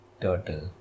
turtle